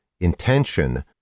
intention